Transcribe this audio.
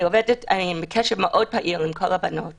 אני בקשר מאוד פעיל עם כל הבנות